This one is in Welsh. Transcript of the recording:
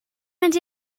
mynd